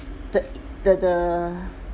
the the the